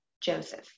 Joseph